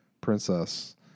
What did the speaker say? princess